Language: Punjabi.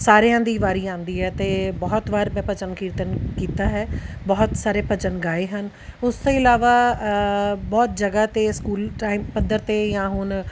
ਸਾਰਿਆਂ ਦੀ ਵਾਰੀ ਆਉਂਦੀ ਹੈ ਅਤੇ ਬਹੁਤ ਵਾਰ ਮੈਂ ਭਜਨ ਕੀਰਤਨ ਕੀਤਾ ਹੈ ਬਹੁਤ ਸਾਰੇ ਭਜਨ ਗਾਏ ਹਨ ਉਸ ਤੋਂ ਇਲਾਵਾ ਬਹੁਤ ਜਗ੍ਹਾ 'ਤੇ ਸਕੂਲ ਟਾਈਮ ਪੱਧਰ 'ਤੇ ਜਾਂ ਹੁਣ